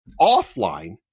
Offline